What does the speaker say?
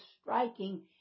striking